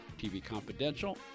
tvconfidential